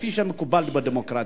כפי שמקובל בדמוקרטיה.